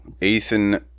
Ethan